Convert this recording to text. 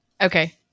okay